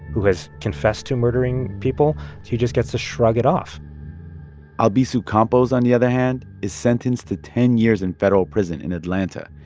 who has confessed to murdering people he just gets to shrug it off albizu campos, on the other hand, is sentenced to ten years in federal prison in atlanta.